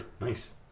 Nice